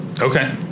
Okay